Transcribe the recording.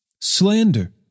slander